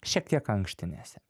šiek tiek ankštinėse